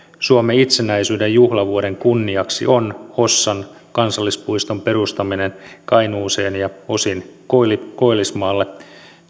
suomen itsenäisyyden juhlavuoden kunniaksi on hossan kansallispuiston perustaminen kainuuseen ja osin koillismaalle koillismaalle